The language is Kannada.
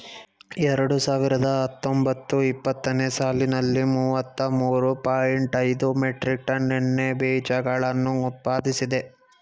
ಎರಡು ಸಾವಿರದ ಹತ್ತೊಂಬತ್ತು ಇಪ್ಪತ್ತನೇ ಸಾಲಿನಲ್ಲಿ ಮೂವತ್ತ ಮೂರು ಪಾಯಿಂಟ್ ಐದು ಮೆಟ್ರಿಕ್ ಟನ್ ಎಣ್ಣೆ ಬೀಜಗಳನ್ನು ಉತ್ಪಾದಿಸಿದೆ